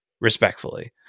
respectfully